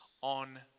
on